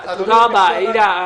תודה רבה, עאידה.